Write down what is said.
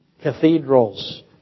Cathedrals